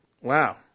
Wow